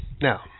Now